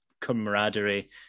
camaraderie